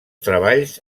treballs